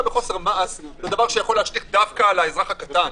זה דבר שיכול להשליך דווקא על האזרח הקטן,